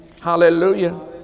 hallelujah